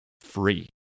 free